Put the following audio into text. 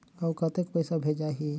अउ कतेक पइसा भेजाही?